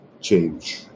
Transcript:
change